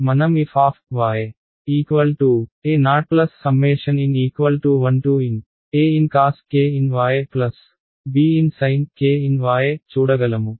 కాబట్టి మనం f ao ∑n1n ancosbn sin చూడగలము